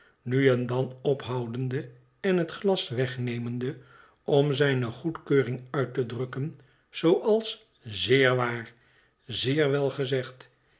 nu en dan ophoudende en het glas wegnemende om zijne goedkeuring uit te drukken zooals zeer waar zeer wel gezegd